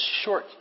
short